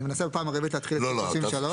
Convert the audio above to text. אני מנסה פעם רביעית להתחיל את סעיף 53. לא, לא.